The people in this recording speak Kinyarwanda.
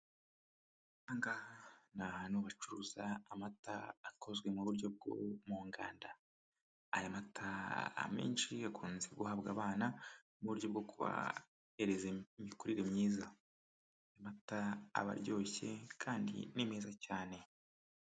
Ahangaha ni ahantu bacuruza amata akozwe mu buryo bwo mu nganda a ma a menshi hakunze guhabwa abana nryo bwo kohereza imikurire myiza, amata aba aryoshye kandi ni meza cyane.